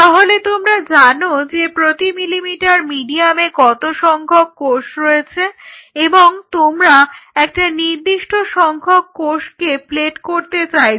তাহলে তোমরা জানো যে প্রতি মিলিলিটার মিডিয়ামে কত সংখ্যক কোষ রয়েছে এবং তোমরা একটা নির্দিষ্ট সংখ্যক কোষকে প্লেট করতে চাইছ